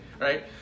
right